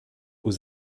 aux